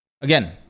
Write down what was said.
Again